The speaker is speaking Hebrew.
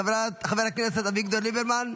חבר הכנסת אביגדור ליברמן,